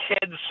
kids